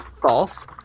false